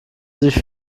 sich